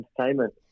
entertainment